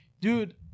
Dude